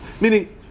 Meaning